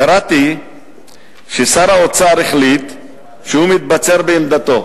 קראתי ששר האוצר החליט שהוא מתבצר בעמדתו